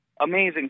Amazing